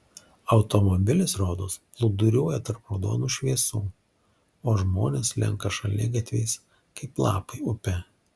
automobilis rodos plūduriuoja tarp raudonų šviesų o žmonės slenka šaligatviais kaip lapai upe